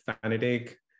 fanatic